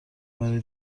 برای